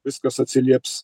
viskas atsilieps